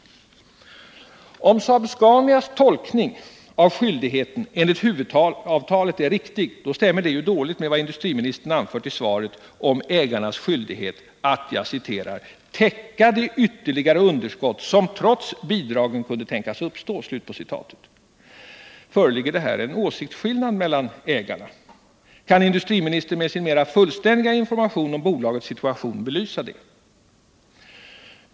Om Saab-Scanias tolkning av vad som sägs i huvudavtalet när det gäller skyldigheter är riktig, så stämmer det dåligt med vad industriministern anfört i svaret om ägarnas skyldighet att ”täcka de ytterligare underskott som trots bidragen kunde tänkas uppstå”. Föreligger det här en åsiktsskillnad mellan ägarna? Kan industriministern med sin mera fullständiga information om bolagets situation belysa det?